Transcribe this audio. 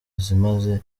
zimaze